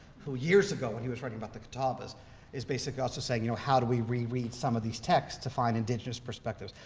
who years ago when he was writing about the but is is basically also saying, you know how do we reread some of these texts to find indigenous perspectives?